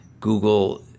Google